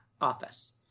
office